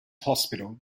hospital